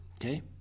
Okay